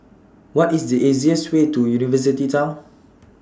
What IS The easiest Way to University Town